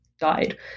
died